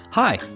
Hi